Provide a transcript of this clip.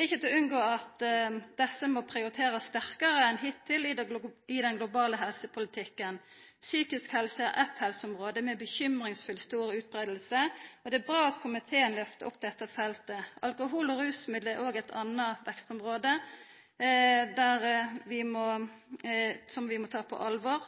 til å unngå at desse må prioriterast sterkare enn hittil i den globale helsepolitikken. Psykisk helse er eit helseområde med urovekkjande stor utbreiing, og det er bra at komiteen lyftar opp dette feltet. Alkohol og rusmiddel er òg eit vekstområde som vi må ta på alvor,